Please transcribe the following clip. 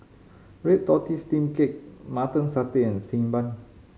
red tortoise steamed cake Mutton Satay and Xi Ban